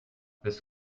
this